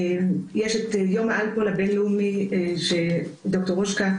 יש את יום האלכוהול הבינלאומי שד"ר פאולה רושקה,